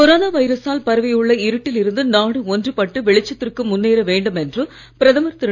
corona வைரசால் பரவியுள்ள இருட்டில் இருந்து நாடு ஒன்றுபட்டு வெளிச்சத்திற்கு முன்னேற வேண்டும் என்று பிரதமர் திரு